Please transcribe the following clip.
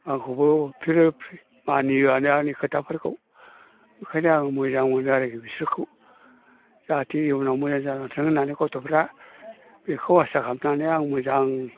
आंखौबो बिसोरो मानियोआनो आंनि खोथाफोरखौ बेखायनो आं मोजां मोनो आरो बिसोरखौ जाहाथे इयुनाव मोजां जालांथों होननानै गथ'फोरा बेखौ आसा खामनानै आं मोजां